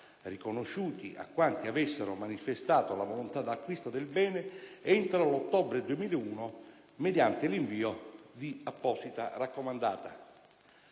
riconosciuti a quanti avessero manifestato la volontà d'acquisto del bene entro l'ottobre 2001, mediante l'invio di apposita raccomandata.